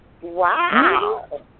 Wow